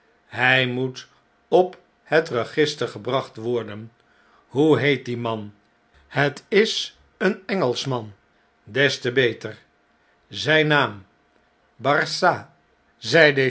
hij moet op het register gebracht worden hoe heet die man t is een engelschman des te beter zgn naam barsad